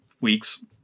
weeks